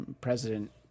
president –